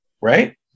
Right